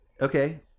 okay